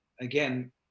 Again